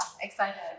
Excited